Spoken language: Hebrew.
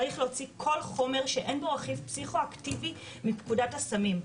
צריך להוציא כל חומר שאין בו רכיב פסיכואקטיבי מפקודת הסמים.